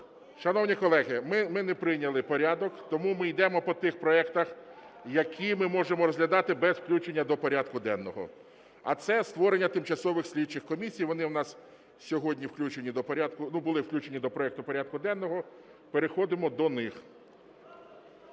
Шановні колеги, ми не прийняли порядок, тому ми йдемо по тих проектах, які ми можемо розглядати без включення до порядку денного, а це створення тимчасових слідчих комісій, вони в нас сьогодні включені до порядку, були включені до проекту порядку денного, переходимо до них.